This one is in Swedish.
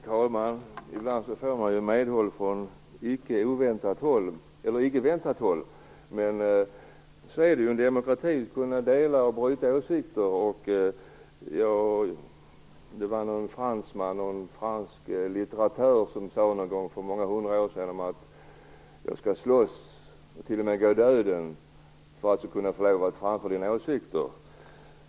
Herr talman! Ibland får man medhåll från icke väntat håll. Men så är det ju i en demokrati - man skall kunna dela och utbyta åsikter. En fransk litteratör sade en gång för många hundra år sedan: Jag skulle kunna gå i döden för din rätt att framföra dina åsikter.